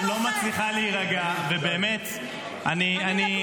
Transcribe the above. -- שלא מצליחה להירגע, ובאמת -- אני רגועה מאוד.